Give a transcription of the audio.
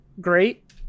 great